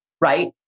right